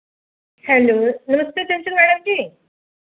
hello नमस्ते Chanchal madam जी